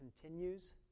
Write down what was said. continues